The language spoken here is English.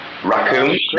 raccoon